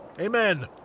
Amen